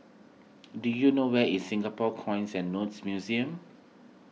do you know where is Singapore Coins and Notes Museum